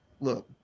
look